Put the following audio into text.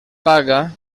paga